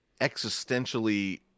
existentially